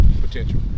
potential